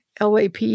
LAP